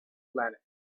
planet